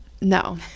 No